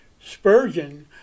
Spurgeon